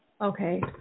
Okay